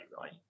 right